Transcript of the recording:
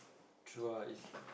true ah it's